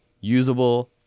usable